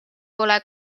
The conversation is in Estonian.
pole